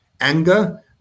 Anger